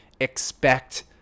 expect